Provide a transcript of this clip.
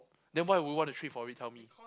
then why would you want to trade for it you tell me